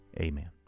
amen